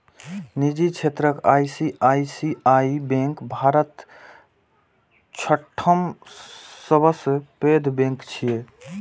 निजी क्षेत्रक ICICI bank भारतक छठम सबसं पैघ बैंक छियै